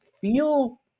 feel